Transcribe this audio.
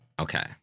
Okay